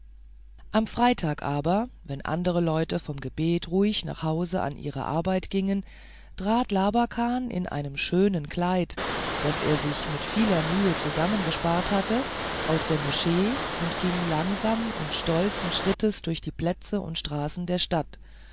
am freitag aber wenn andere leute vom gebet ruhig nach haus an ihre arbeit gingen trat labakan in einem schönen kleid das er sich mit vieler mühe zusammengespart hatte aus der moschee ging langsam und stolzen schrittes durch die plätze und straßen der stadt